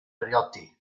briodi